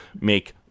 make